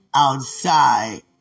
Outside